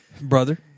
Brother